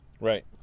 Right